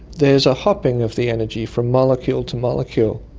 there's a hopping of the energy from molecule to molecule,